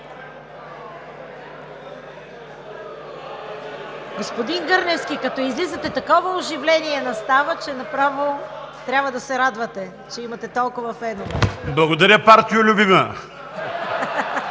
Господин Гърневски, като излизате, такова оживление настава, че направо трябва да се радвате, че имате толкова фенове. СПАС